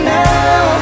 now